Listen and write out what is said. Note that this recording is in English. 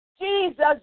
Jesus